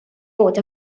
bod